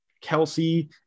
Kelsey